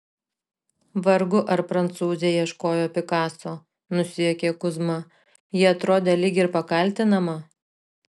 vargu ar prancūzė ieškojo pikaso nusijuokė kuzma ji atrodė lyg ir pakaltinama